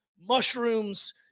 mushrooms